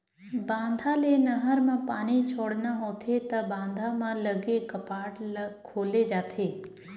बांधा ले नहर म पानी छोड़ना होथे त बांधा म लगे कपाट ल खोले जाथे